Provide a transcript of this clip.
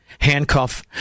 handcuff